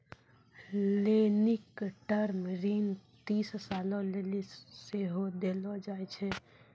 लेनिक टर्म ऋण तीस सालो लेली सेहो देलो जाय छै